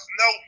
no